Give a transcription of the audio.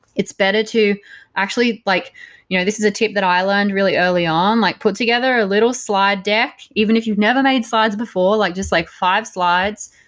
it's better to actually, like you know this is a tip that i learned really early on. like put together a little slide deck, even if you've never made slides before. like just like five slides,